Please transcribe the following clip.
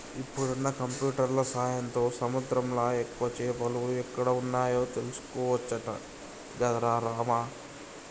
ఇప్పుడున్న కంప్యూటర్ల సాయంతో సముద్రంలా ఎక్కువ చేపలు ఎక్కడ వున్నాయో తెలుసుకోవచ్చట గదరా రామా